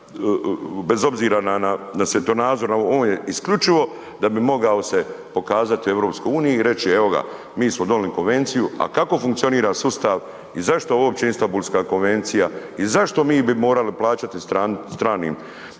bez obzira na svjetonazor, isključivo da bi se mogao pokazati EU i reći, evo ga mi smo donijeli konvenciju. A kako funkcionira sustav i zašto uopće Istambulska konvencija i zašto bi mi morali plaćati stranim